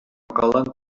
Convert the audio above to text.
calen